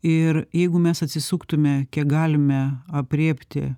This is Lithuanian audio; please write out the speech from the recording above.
ir jeigu mes atsisuktumėme kiek galime aprėpti